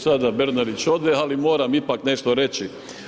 Sada Bernardić ode, ali moram ipak nešto reći.